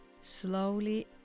slowly